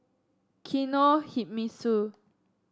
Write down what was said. Kinohimitsu